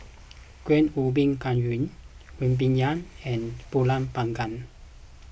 Kuih Ubi Kayu Rempeyek and Pulut Panggang